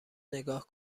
نگاه